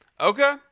Okay